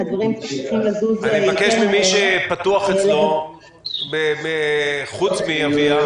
בגדול, כפי שאמר אמיר חייק,